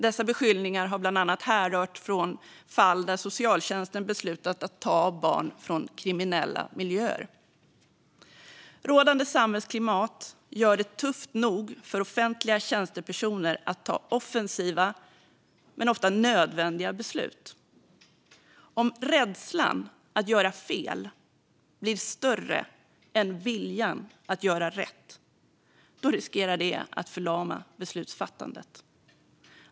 Dessa beskyllningar har bland annat härrört från fall där socialtjänsten beslutat att ta barn från kriminella miljöer. Rådande samhällsklimat gör det tufft nog för offentliga tjänstepersoner att fatta offensiva, men ofta nödvändiga, beslut. Om rädslan att göra fel blir större än viljan att göra rätt riskerar det att förlama beslutsfattandet.